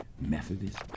Methodist